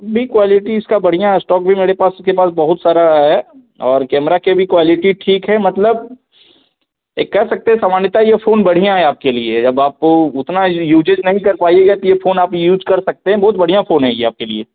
नहीं क्वालिटी इसकी बढ़िया स्टॉक भी मेरे पास के पास बहुत सारा आया और कैमरा के भी क्वालिटी ठीक है मतलब यह कह सकते हैं सामान्यतः यह है फ़ोन बढ़िया है आपके लिए जब आप वह उतना यूजेज नहीं कर पाइएगा तो यह फ़ोन आप यूज कर सकते हैं बहुत बढ़िया फ़ोन है यह आपके लिए